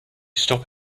stop